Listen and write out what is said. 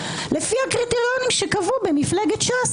לפי הקריטריונים שקבעו במפלגת ש"ס,